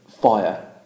fire